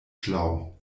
schlau